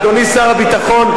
אדוני שר הביטחון,